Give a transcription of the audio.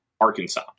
Arkansas